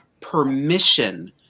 permission